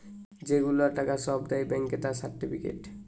যে গুলা টাকা সব দেয় ব্যাংকে তার সার্টিফিকেট